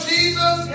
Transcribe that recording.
Jesus